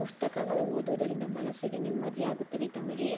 ಪುಸ್ತಕಗಳು ಓದೋದರಿಂದ ಮನಸ್ಸಿಗೆ ನೆಮ್ಮದಿಯಾಗುತ್ತದೆ ತಮಗೆ